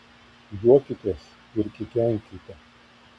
juokitės ir kikenkite